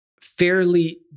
fairly